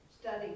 Study